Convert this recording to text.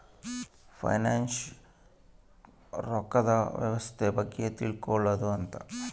finance ರೊಕ್ಕದ್ ವ್ಯವಸ್ತೆ ಬಗ್ಗೆ ತಿಳ್ಕೊಳೋದು ಅಂತ